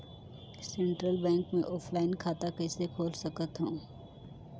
Central bank मे offline खाता कइसे खोल सकथव?